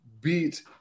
beat